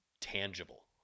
tangible